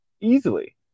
easily